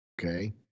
Okay